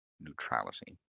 neutrality